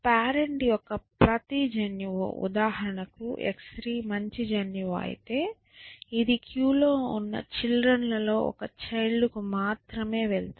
parent యొక్క ప్రతి జన్యువు ఉదాహరణకు x3 మంచి జన్యువు అయితే ఇది ఈ క్యూలో ఉన్న చిల్డ్రన్లలో ఒక చైల్డ్ కు మాత్రమే వెళ్తుంది